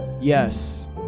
Yes